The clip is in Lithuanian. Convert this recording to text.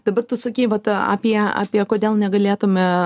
dabar tu sakei vat apie apie kodėl negalėtume